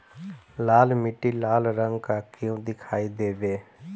लाल मीट्टी लाल रंग का क्यो दीखाई देबे?